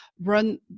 run